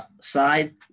Side